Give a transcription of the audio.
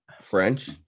French